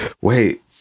wait